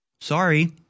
Sorry